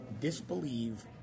disbelieve